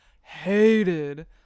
hated